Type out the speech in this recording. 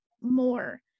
more